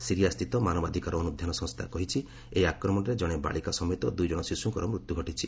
ସିରିଆସ୍ଥିତ ମାନବାଧକାର ଅନ୍ଧ୍ୟାନ ସଂସ୍ଥା କହିଛି ଏହି ଆକ୍ରମଣରେ ଜଣେ ବାଳିକା ସମେତ ଦୁଇ ଜଣ ଶିଶୁଙ୍କର ମୃତ୍ୟୁ ଘଟିଛି